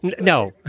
No